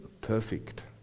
perfect